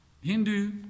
Hindu